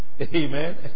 Amen